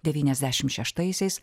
devyniasdešim šeštaisiais